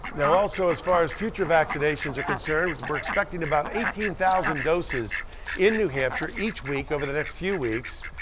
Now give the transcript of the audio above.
now, also, as far as future vaccinations are concerned, we're expecting about eighteen thousand doses in new hampshire each week over the next few weeks.